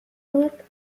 coupe